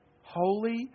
Holy